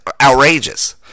outrageous